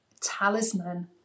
talisman